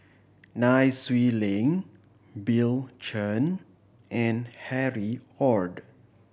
Nai Swee Leng Bill Chen and Harry Ord